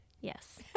Yes